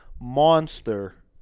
monster